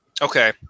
Okay